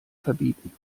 verbieten